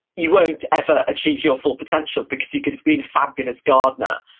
you won't ever achieve your full potential because you could've been a fabulous gardener.